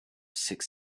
six